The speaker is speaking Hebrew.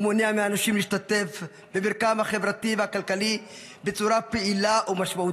הוא מונע מהאנשים להשתתף במרקם החברתי והכלכלי בצורה פעילה ומשמעותית.